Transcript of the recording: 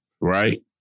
Right